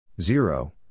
zero